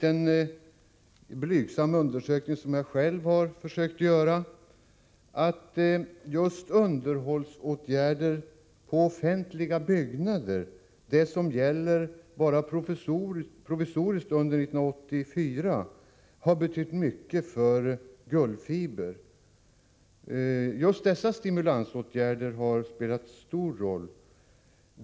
En blygsam undersökning som jag själv har gjort vid Gullfiber visar att just underhållsåtgärder på offentliga byggnader 1984 har betytt mycket för Gullfiber. Stimulansåtgärderna har här spelat en stor roll.